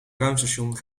ruimtestation